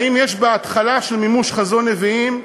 האם יש בה התחלה של מימוש חזון נביאים?